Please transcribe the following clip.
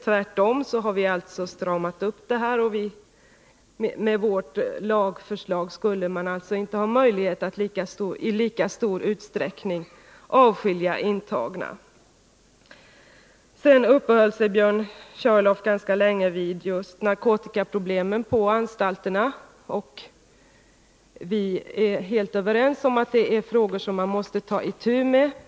Tvärtom har vi stramat upp reglerna. Enligt vårt förslag skulle man inte ha möjlighet att i lika stor utsträckning avskilja intagna. Björn Körlof uppehöll sig ganska länge vid just narkotikaproblemen på anstalterna. Vi är helt överens om att det är frågor som man måste ta itu med.